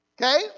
Okay